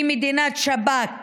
היא מדינת שב"כ.